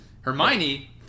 Hermione